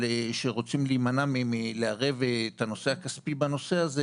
שרוצים להימנע מלערב את הנושא הכספי בנושא הזה